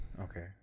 okay